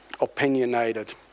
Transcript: opinionated